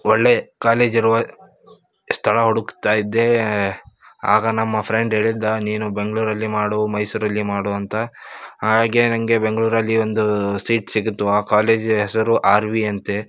ಒಳ್ಳೆಯ ಕಾಲೇಜ್ ಇರುವ ಸ್ಥಳ ಹುಡುಕ್ತಾ ಇದ್ದೆ ಆಗ ನಮ್ಮ ಫ್ರೆಂಡ್ ಹೇಳಿದ್ದ ನೀನು ಬೆಂಗಳೂರಲ್ಲಿ ಮಾಡು ಮೈಸೂರಲ್ಲಿ ಮಾಡು ಅಂತ ಹಾಗೆ ನನಗೆ ಬೆಂಗಳೂರಲ್ಲಿ ಒಂದು ಸೀಟ್ ಸಿಕ್ತು ಆ ಕಾಲೇಜ್ ಹೆಸರು ಆರ್ ವಿ ಅಂತ